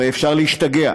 הרי אפשר להשתגע,